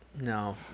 No